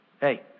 hey